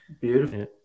beautiful